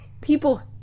People